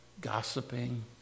Gossiping